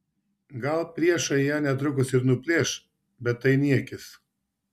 gal priešai ją netrukus ir nuplėš bet tai niekis